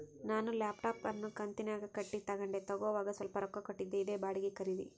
ನಾನು ಲ್ಯಾಪ್ಟಾಪ್ ಅನ್ನು ಕಂತುನ್ಯಾಗ ಕಟ್ಟಿ ತಗಂಡೆ, ತಗೋವಾಗ ಸ್ವಲ್ಪ ರೊಕ್ಕ ಕೊಟ್ಟಿದ್ದೆ, ಇದೇ ಬಾಡಿಗೆ ಖರೀದಿ